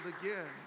again